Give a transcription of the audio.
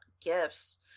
gifts